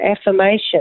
affirmation